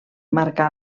marcà